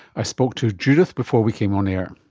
i spoke to judith before we came on air.